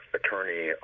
attorney